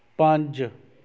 ਪੰਜ